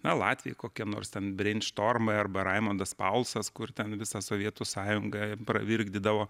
na latviai kokie nors brein štormai arba raimundas paulsas kur ten visą sovietų sąjungą pravirkdydavo